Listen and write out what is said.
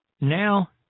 now